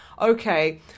okay